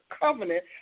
covenant